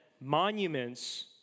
monuments